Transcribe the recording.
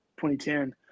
2010